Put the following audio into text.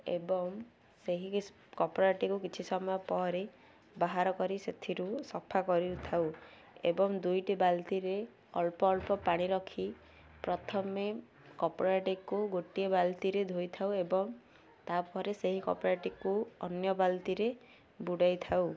ଏବଂ ସେହି କପଡ଼ାଟିକୁ କିଛି ସମୟ ପରେ ବାହାର କରି ସେଥିରୁ ସଫା କରିଥାଉ ଏବଂ ଦୁଇଟି ବାଲ୍ତିରେ ଅଳ୍ପ ଅଳ୍ପ ପାଣି ରଖି ପ୍ରଥମେ କପଡ଼ାଟିକୁ ଗୋଟିଏ ବାଲ୍ତିରେ ଧୋଇଥାଉ ଏବଂ ତା'ପରେ ସେହି କପଡ଼ାଟିକୁ ଅନ୍ୟ ବାଲ୍ତିରେ ବୁଡ଼ାଇଥାଉ